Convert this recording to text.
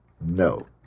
No